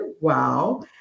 Wow